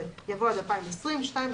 אבל זו תשובה פשוטה, זה אל"ף, בי"ת או